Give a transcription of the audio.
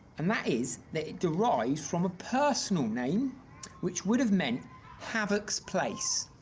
and that is that it derives from a personal name which would have meant havoc's place,